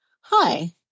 Hi